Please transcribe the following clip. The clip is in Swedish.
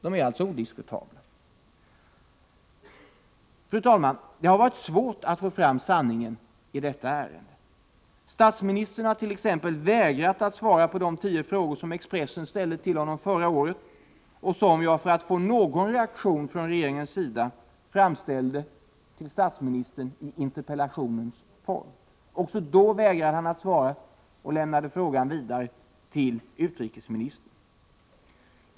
De är alltså odiskutabla. Fru talman! Det har varit svårt att få fram sanningen i detta ärende. Statsministern har t.ex. vägrat att svara på de tio frågor som Expressen ställde till honom förra året och som jag — för att få någon reaktion från regeringen — framställde till statsministern i interpellationens form. Också då vägrade han att svara och lämnade frågan vidare till utrikesministern.